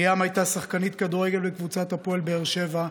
ליאם הייתה שחקנית כדורגל בקבוצת הפועל באר שבע,